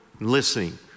listening